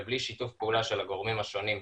ובלי שיתוף פעולה של הגורמים השונים,